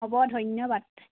হ'ব ধন্যবাদ